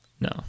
no